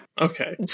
Okay